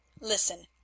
listen—